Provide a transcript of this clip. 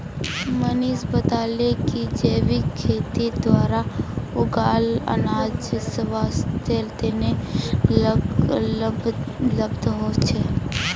मनीष बताले कि जैविक खेतीर द्वारा उगाल अनाज स्वास्थ्य तने लाभप्रद ह छे